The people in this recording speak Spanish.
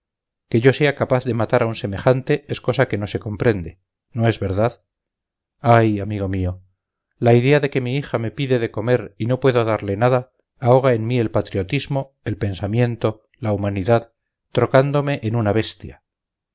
que yo sea capaz de matar a un semejante es cosa que no se comprende no es verdad ay amigo mío la idea de que mi hija me pide de comer y no puedo darle nada ahoga en mí el patriotismo el pensamiento la humanidad trocándome en una bestia